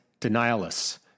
denialists